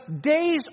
days